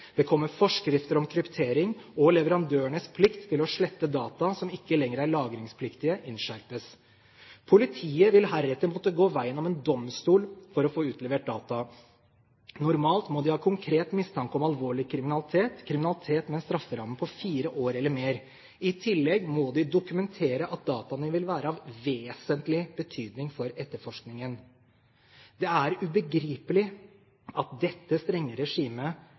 det kommer forskrifter om kryptering, og leverandørenes plikt til å slette data som ikke lenger er lagringspliktige, innskjerpes. Politiet vil heretter måtte gå veien om en domstol for å få utlevert data. Normalt må de ha konkret mistanke om alvorlig kriminalitet – kriminalitet med en strafferamme på fire år eller mer. I tillegg må de dokumentere at dataene vil være av vesentlig betydning for etterforskningen. Det er ubegripelig at dette strenge regimet